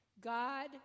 God